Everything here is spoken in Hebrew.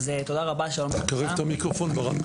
תודה רבה, שלום לכולם.